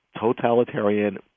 totalitarian